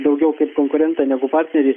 daugiau kaip konkurentą negu partnerį